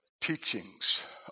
teachings